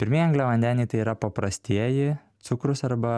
pirmieji angliavandeniai tai yra paprastieji cukrūs arba